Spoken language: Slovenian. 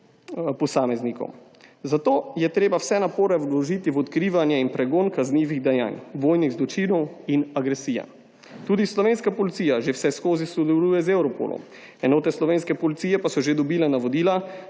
posameznikov. Zato je treba vse napore vložiti v odkrivanje in pregon kaznivih dejanj, vojnih zločinov in agresije. Tudi slovenska Policija že vse skozi sodeluje z Europolom. Enote slovenske Policije pa so že dobile navodila,